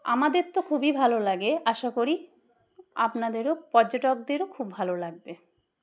আমাদের তো খুবই ভালো লাগে আশা করি আপনাদেরও পর্যটকদেরও খুব ভালো লাগবে